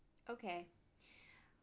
okay